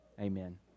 amen